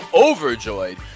overjoyed